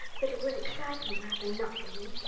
but it was exciting, rather not being.